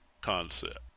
concept